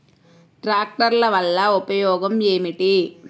ట్రాక్టర్ల వల్ల ఉపయోగం ఏమిటీ?